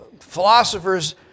Philosophers